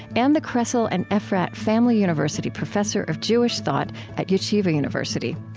and the kressel and ephrat family university professor of jewish thought at yeshiva university.